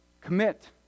Commit